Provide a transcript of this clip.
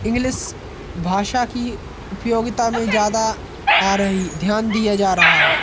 English भाषा की उपयोगिता में ज़्यादा आ रही ध्यान दिया जा रहा है